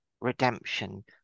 redemption